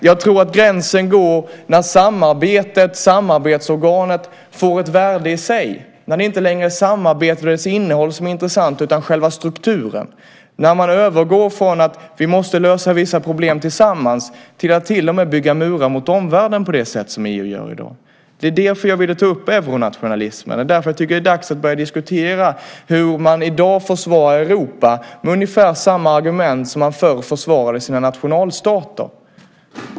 Jag tror att gränsen går när samarbetsorganet får ett värde i sig, när det inte längre är innehållet i samarbetet som är intressant utan själva strukturen, när man övergår från att vi måste lösa vissa problem tillsammans till att till och med bygga murar mot omvärlden på det sätt som EU gör i dag. Det är därför jag vill ta upp euronationalismen. Det är därför jag tycker att det är dags att börja diskutera hur man i dag försvarar Europa med ungefär samma argument som man förr försvarade sina nationalstater.